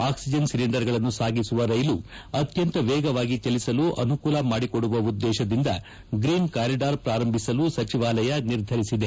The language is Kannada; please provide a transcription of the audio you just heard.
ಆಕ್ಲಿಜನ್ ಸಿಲಿಂಡರ್ಗಳನ್ನು ಸಾಗಿಸುವ ರ್ನೆಲು ಅತ್ಯಂತ ವೇಗವಾಗಿ ಚಲಿಸಲು ಅನುಕೂಲ ಮಾಡಿಕೊಡುವ ಉದ್ದೇಶದಿಂದ ಗ್ರೀನ್ ಕಾರಿಡಾರ್ ಪೂರಂಭಿಸಲು ಸಚಿವಾಲಯ ನಿರ್ಧರಿಸಿದೆ